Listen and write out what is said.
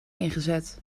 ingezet